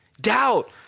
doubt